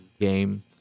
game